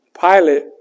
Pilate